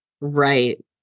right